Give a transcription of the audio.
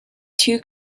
two